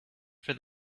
for